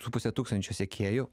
su puse tūkstančio sekėjų